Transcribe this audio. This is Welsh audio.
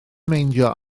meindio